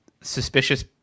suspicious